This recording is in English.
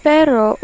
Pero